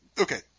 Okay